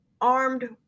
armed